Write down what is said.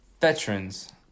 veterans